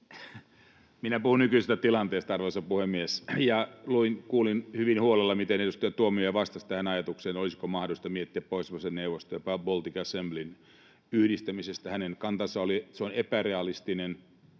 Minä puhun nykyisestä tilanteesta. Ja kuulin hyvin huolella, miten edustaja Tuomioja vastasi tähän ajatukseen, että olisiko mahdollista miettiä Pohjoismaiden neuvoston ja Baltic Assemblyn yhdistämistä. Hänen kantansa oli, että se on epärealistinen.